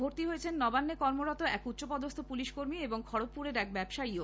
ভর্তি হয়েছেন নবান্নে কর্মরত এক উচ্চপদস্হ পুলিশ কর্মী এবং খড়গপুরের এক ব্যবসায়ীও